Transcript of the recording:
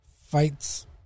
fights